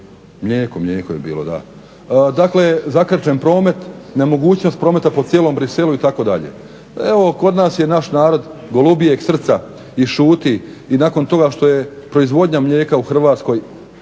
bez pardona. Dakle, zakrčen promet, nemogućnost prometa po cijelom Bruxellesu itd. Evo kod nas je naš narod golubijeg srca i šuti i nakon toga što je proizvodnja mlijeka u Hrvatskoj.